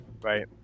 Right